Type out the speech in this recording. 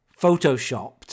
photoshopped